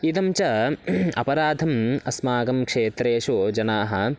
इदं च अपराधम् अस्माकं क्षेत्रेषु जनाः